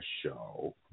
show